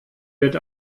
wird